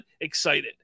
excited